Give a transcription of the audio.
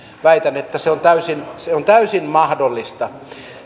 väitän että se on täysin mahdollista